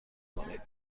کنید